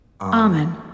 Amen